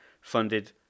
funded